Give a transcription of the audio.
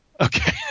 Okay